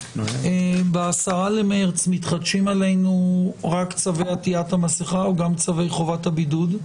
ב-10 במרץ מתחדשים עלינו רק צווי עטיית המסכה או גם צווי חובת הבידוד?